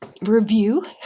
review